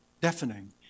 deafening